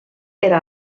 era